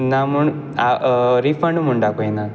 ना म्हूण रिफंड म्हूण दाखोयना